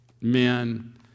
men